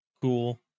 cool